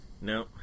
No